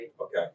Okay